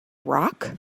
rock